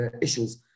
issues